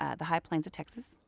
ah the high plains of texas,